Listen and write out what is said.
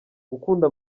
gukunda